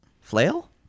Flail